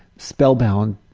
spellbound,